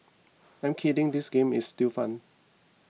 I'm kidding this game is still fun